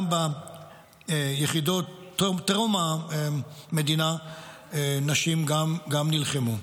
גם ביחידות שטרם המדינה גם נשים נלחמו.